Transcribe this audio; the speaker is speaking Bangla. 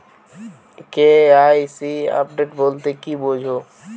কে.ওয়াই.সি আপডেট বলতে কি বোঝায়?